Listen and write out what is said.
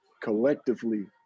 collectively